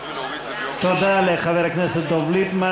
תודה לחבר הכנסת דב ליפמן.